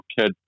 kid